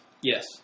Yes